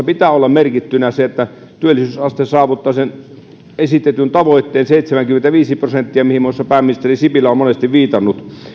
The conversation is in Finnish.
pitää olla hallitusohjelmassa merkittynä on se että työllisyysaste saavuttaa esitetyn tavoitteen seitsemänkymmentäviisi prosenttia mihin muun muassa pääministeri sipilä on monesti viitannut